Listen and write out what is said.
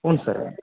ಹ್ಞೂಂ sir